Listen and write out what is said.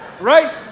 right